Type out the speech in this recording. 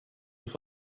with